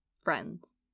friends